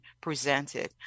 presented